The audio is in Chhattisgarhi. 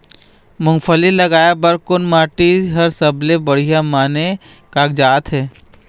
मूंगफली लगाय बर कोन माटी हर सबले बढ़िया माने कागजात हे?